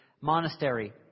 monastery